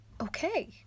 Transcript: okay